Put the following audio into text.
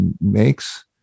makes